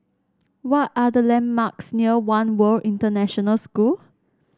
what are the landmarks near One World International School